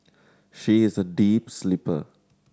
she is a deep sleeper